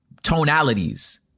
Tonalities